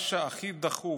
מה שהכי דחוף,